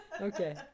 Okay